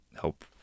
help